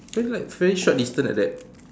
feels like very short distance like that